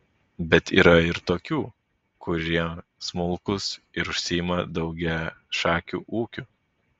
bet yra ir tokių kurie smulkūs ir užsiima daugiašakiu ūkiu